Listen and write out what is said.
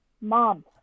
mom